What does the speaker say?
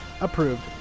approved